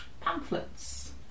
pamphlets